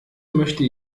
möchte